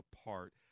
apart